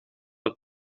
het